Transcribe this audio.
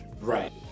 Right